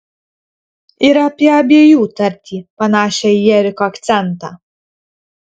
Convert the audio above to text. ir apie abiejų tartį panašią į eriko akcentą